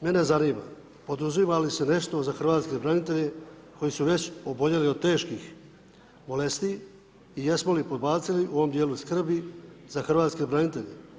Mene zanima, poduzima li se nešto za hrvatske branitelje koji su već oboljeli od teških bolesti i jesmo li podbacili u ovom dijelu skrbi za hrvatske branitelje?